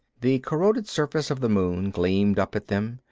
the corroded surface of the moon gleamed up at them,